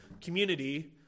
community